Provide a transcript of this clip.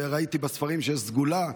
וראיתי בספרים שיש סגולה,